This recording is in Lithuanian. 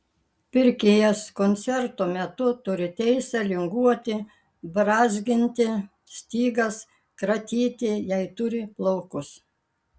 pirkėjas koncerto metu turi teisę linguoti brązginti stygas kratyti jei turi plaukus